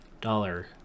Dollar